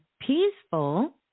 peaceful